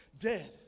dead